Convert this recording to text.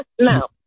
no